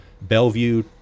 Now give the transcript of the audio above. Bellevue